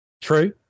True